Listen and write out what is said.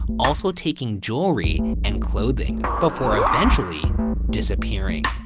also taking jewelry and clothing before eventually disappearing.